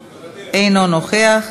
מוותר.